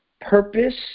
purpose